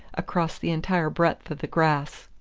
across the entire breadth of the grass.